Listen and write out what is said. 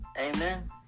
Amen